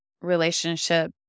relationship